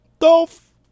Dolph